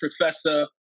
Professor